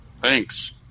Thanks